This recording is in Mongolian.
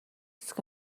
эсэх